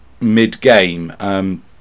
mid-game